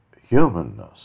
humanness